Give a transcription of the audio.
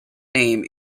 name